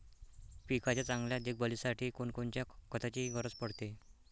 पिकाच्या चांगल्या देखभालीसाठी कोनकोनच्या खताची गरज पडते?